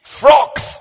frogs